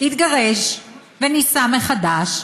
התגרש ונישא מחדש,